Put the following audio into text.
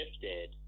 shifted